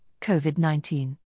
COVID-19